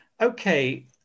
Okay